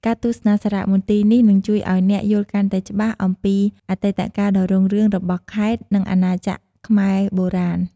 ការទស្សនាសារមន្ទីរនេះនឹងជួយឲ្យអ្នកយល់កាន់តែច្បាស់ពីអតីតកាលដ៏រុងរឿងរបស់ខេត្ត និងអាណាចក្រខ្មែរបុរាណ។